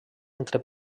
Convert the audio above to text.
entre